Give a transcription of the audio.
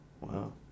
Wow